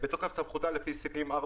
"בתוקף סמכותה לפי סעיפים 4,